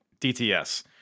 DTS